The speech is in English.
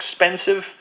expensive